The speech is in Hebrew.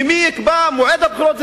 ומי יקבע את מועד הבחירות?